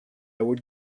would